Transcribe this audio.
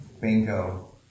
bingo